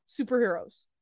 superheroes